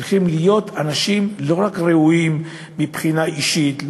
צריכים להיות לא רק ראויים מבחינה אישית,